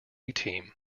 team